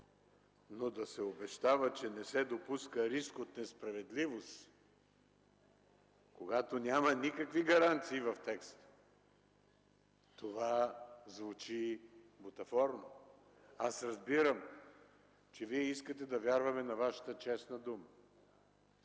но да се обещава, че не се допуска риск от несправедливост, когато няма никакви гаранции в текста, това звучи бутафорно. Аз разбирам, че Вие искате да вярваме на Вашата честна дума.